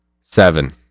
Seven